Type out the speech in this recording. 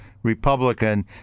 Republican